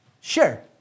Sure